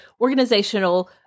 organizational